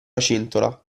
cintola